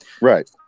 Right